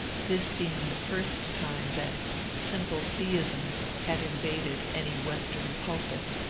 this being the first time that simple theism had invaded any western pulpit.